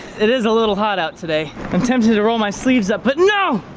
it is a little hot out today. i'm tempted to roll my sleeves up, but no